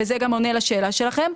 וזה גם עונה לשאלה שלכם,